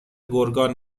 گرگان